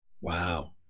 Wow